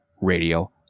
radio